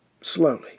slowly